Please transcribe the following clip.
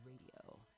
Radio